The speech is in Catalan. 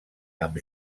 amb